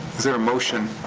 is there a motion?